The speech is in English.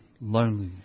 Lonely